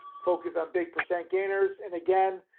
focus on big percent gainers, and again,